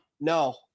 no